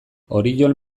oriol